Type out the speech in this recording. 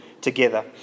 together